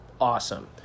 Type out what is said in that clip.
awesome